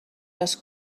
les